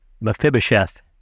Mephibosheth